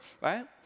right